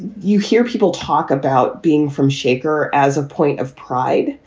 you hear people talk about being from shaker as a point of pride,